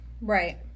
Right